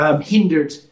hindered